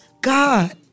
God